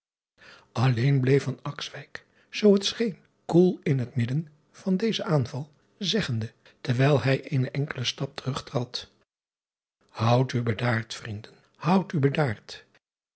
lleen bleef zoo het scheen koel in het midden van dezen aanval zeggende terwijl hij eenen enkelen stap terugtrad oudt u bedaard vrienden houdt u bedaard